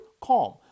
CALM